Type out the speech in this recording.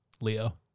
Leo